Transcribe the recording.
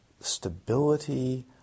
stability